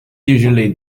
usually